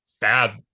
bad